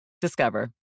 Discover